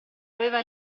aveva